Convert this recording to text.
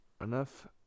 Enough